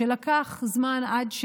שלקח זמן עד,